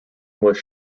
was